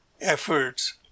efforts